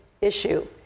issue